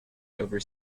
over